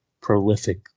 prolific